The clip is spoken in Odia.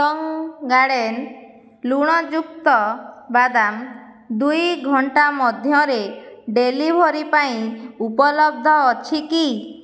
ଟଙ୍ଗ ଗାର୍ଡ଼େନ ଲୁଣଯୁକ୍ତ ବାଦାମ ଦୁଇ ଘଣ୍ଟା ମଧ୍ୟରେ ଡେଲିଭରି ପାଇଁ ଉପଲବ୍ଧ ଅଛି କି